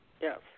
yes